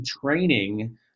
training